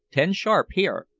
ten sharp here,